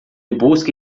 busca